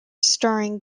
starring